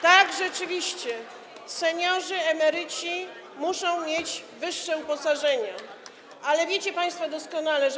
Tak, rzeczywiście seniorzy, emeryci muszą mieć wyższe uposażenia, ale wiecie państwo doskonale, że.